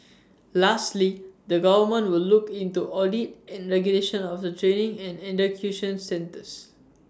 lastly the government will look into audit and regulation of the training and education sectors